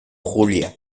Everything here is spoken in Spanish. julia